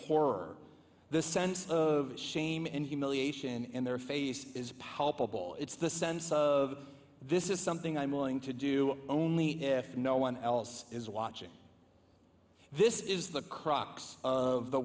horror the sense of shame and humiliation in their face is palpable it's the sense of this is something i'm willing to do only if no one else is watching this is the crux of the